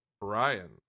Ryan